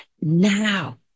now